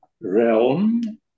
realm